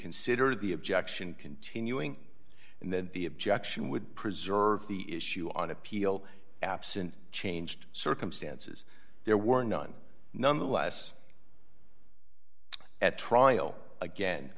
consider the objection continuing and then the objection would preserve the issue on appeal absent changed circumstances there were none none the less at trial again